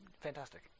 fantastic